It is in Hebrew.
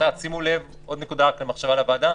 עוד נקודה למחשבה לוועדה,